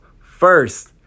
first